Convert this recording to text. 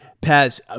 Paz